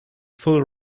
full